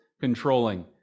controlling